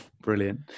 Brilliant